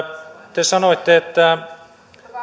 te te sanoitte että